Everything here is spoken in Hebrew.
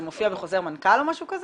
זה מופיע בחוזר מנכ"ל או משהו כזה?